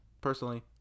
Personally